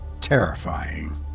terrifying